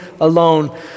alone